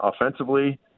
offensively